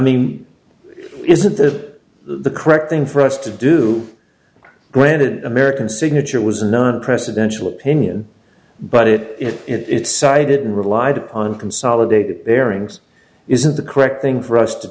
mean isn't that the correct thing for us to do granted american signature was not presidential opinion but it is it cited relied upon consolidated bearings isn't the correct thing for us